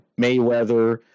Mayweather